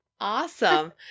Awesome